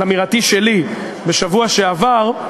על אמירתי שלי כאן בשבוע שעבר,